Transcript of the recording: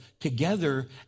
Together